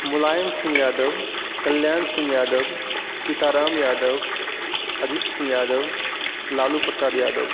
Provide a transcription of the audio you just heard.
Mulayam Singh Yadav Kalyan Singh Yadav Sitaram Yadav Ajit Singh Yadav Lalu Prasad Yadav